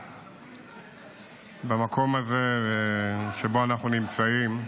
במקום הזה שבו אנחנו נמצאים,